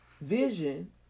vision